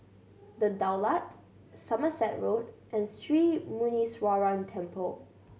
The Daulat Somerset Road and Sri Muneeswaran Temple